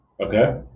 Okay